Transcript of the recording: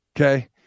okay